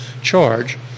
charge